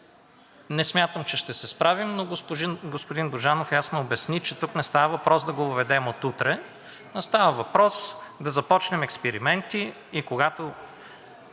не смятам, че ще се справим, но господин Божанов ясно обясни, че тук не става въпрос да го въведем от утре. А става въпрос да започнем експерименти и когато